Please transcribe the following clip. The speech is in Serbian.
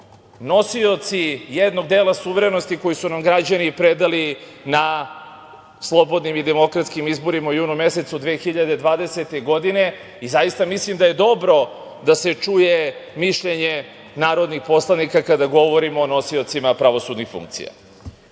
nosioci jednog dela suverenosti koju su nam građani predali na slobodnim i demokratskim izborima u junu mesecu 2020. godine. Zaista mislim da je dobro da se čuje mišljenje narodnih poslanika kada govorimo o nosiocima pravosudnih funkcija. Pred